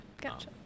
Gotcha